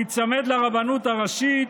תיצמד לרבנות הראשית.